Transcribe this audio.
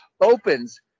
opens